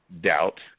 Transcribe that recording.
doubt